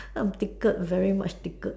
I'm tickled very much tickled